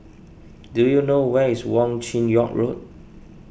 do you know where is Wong Chin Yoke Road